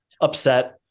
upset